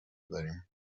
داریم